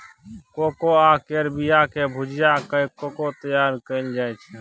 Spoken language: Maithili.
कोकोआ केर बिया केँ भूजि कय कोको तैयार कएल जाइ छै